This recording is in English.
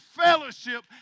fellowship